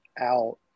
out